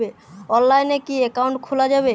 অনলাইনে কি অ্যাকাউন্ট খোলা যাবে?